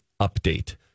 update